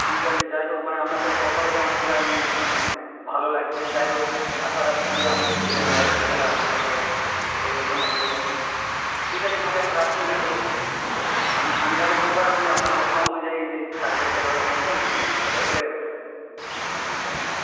ঠিক আছে যাই হোক মানে আপনার সাথে কথা বলে মানে অনেকটা আমি মানে ভালো লাগছে যাই হোক আশা রাখছি যে আপনাকে দেখিয়ে পরবর্তীকালে আরও হয়ত শরীরে কোনও অসুবিধা হবে না ঠিক আছে তাহলে এখন রাখছি নাকি আমি আমি তাহলে সোমবার ওই আপনার কথা অনুযায়ী ওই ওই সাড়ে দশটা এগারোটার মধ্যে আমি ঠিক পৌঁছে যাব একবারে কোনও ব্যাপার নয়